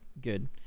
good